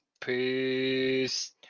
Peace